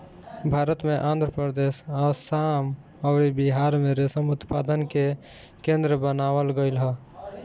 भारत में आंध्रप्रदेश, आसाम अउरी बिहार में रेशम उत्पादन के केंद्र बनावल गईल ह